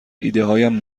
ایدههایم